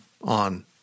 on